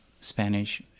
Spanish